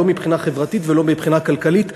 לא מבחינה חברתית ולא מבחינה כלכלית,